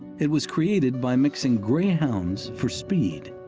it was created by mixing greyhounds for speed,